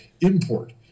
import